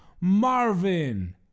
Marvin